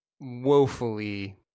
woefully